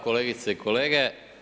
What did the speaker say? Kolegice i kolege.